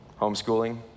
homeschooling